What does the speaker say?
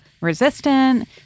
resistant